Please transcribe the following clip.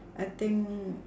I think